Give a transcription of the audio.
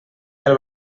del